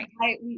right